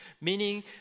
Meaning